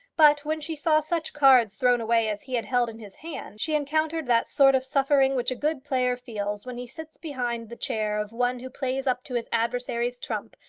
but when she saw such cards thrown away as he had held in his hand, she encountered that sort of suffering which a good player feels when he sits behind the chair of one who plays up to his adversary's trump,